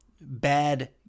bad